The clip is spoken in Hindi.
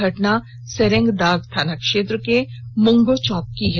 घटना सेरेंगदाग थाना क्षेत्र के मुंगो चौक की है